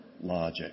logic